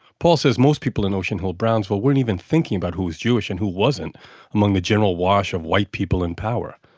paul says most people in ocean hill-brownsville weren't even thinking about who was jewish and who wasn't among the general wash of white people in power.